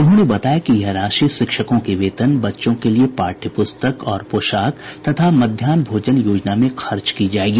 उन्होंने बताया कि यह राशि शिक्षकों के वेतन बच्चों के लिये पाठ्य पुस्तक और पोशाक तथा मध्याह्न भोजन योजना में खर्च की जायेगी